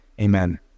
amen